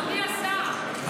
אדוני השר,